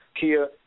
Kia